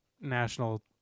national